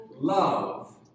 love